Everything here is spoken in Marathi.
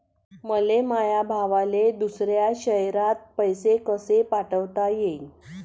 मले माया भावाले दुसऱ्या शयरात पैसे कसे पाठवता येईन?